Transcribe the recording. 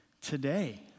today